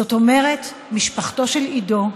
זאת אומרת, משפחתו של עידו,